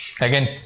again